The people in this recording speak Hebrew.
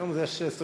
היום יש סולידריות.